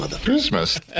Christmas